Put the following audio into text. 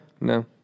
no